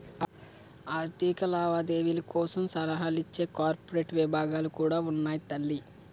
ఆర్థిక లావాదేవీల కోసం సలహాలు ఇచ్చే కార్పొరేట్ విభాగాలు కూడా ఉన్నాయి తల్లీ